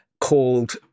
called